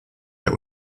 der